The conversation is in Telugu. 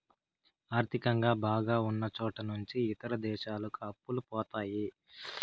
ఆర్థికంగా బాగా ఉన్నచోట నుంచి ఇతర దేశాలకు అప్పులు పోతాయి